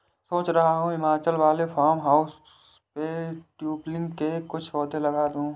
सोच रहा हूं हिमाचल वाले फार्म हाउस पे ट्यूलिप के कुछ पौधे लगा दूं